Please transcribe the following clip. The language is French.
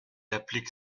applique